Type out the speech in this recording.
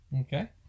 Okay